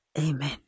amen